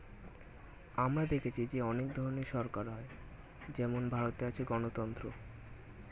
আমরা দেখেছি যে অনেক ধরনের সরকার হয় যেমন ভারতে আছে গণতন্ত্র